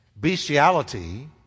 bestiality